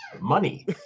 Money